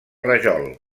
rajol